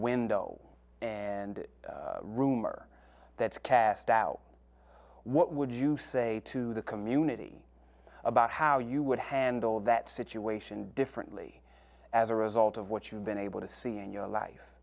window and rumor that's cast out what would you say to the community about how you would handle that situation differently as a result of what you've been able to see in your life